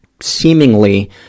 seemingly